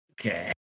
Okay